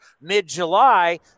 mid-July